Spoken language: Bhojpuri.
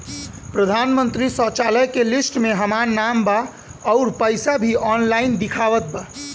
प्रधानमंत्री शौचालय के लिस्ट में हमार नाम बा अउर पैसा भी ऑनलाइन दिखावत बा